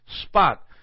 spot